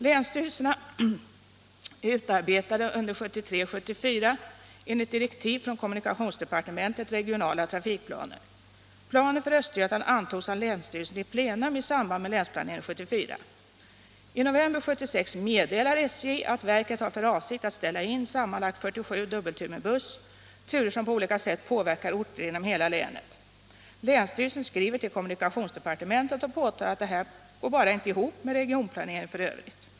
Länsstyrelserna utarbetade under 1973-1974 enligt direktiv från kommunikationsdepartementet regionala trafikplaner. Planen för Östergötland antogs av länsstyrelsen i plenum i samband med Länsplanering 74. I november 1976 meddelar SJ att verket har för avsikt att ställa in sammanlagt 47 dubbelturer med buss, turer som på olika sätt påverkar orter inom hela länet. Länsstyrelsen skriver till kommunikationsdepartementet och påtalar att det här går bara inte ihop med regionplaneringen för övrigt.